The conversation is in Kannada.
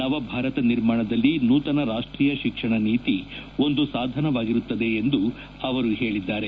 ನವಭಾರತ ನಿರ್ಮಾಣದಲ್ಲಿ ನೂತನ ರಾಷ್ಷೀಯ ಶಿಕ್ಷಣನೀತಿ ಒಂದು ಸಾಧನವಾಗಿರುತ್ತದೆ ಎಂದು ಅವರು ಹೇಳಿದ್ದಾರೆ